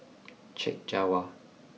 Chek Jawa